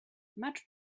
much